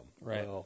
Right